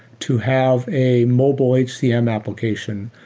to have a mobile hcm application.